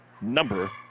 number